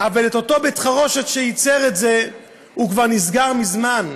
אבל אותו בית חרושת שייצר את זה כבר נסגר מזמן.